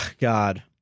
God